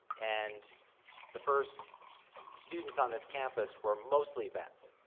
and the first students on this campus were mostly vets.